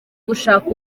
gushaka